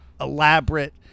elaborate